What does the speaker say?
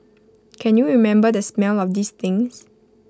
can you remember the smell of these things